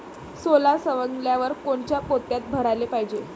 सोला सवंगल्यावर कोनच्या पोत्यात भराले पायजे?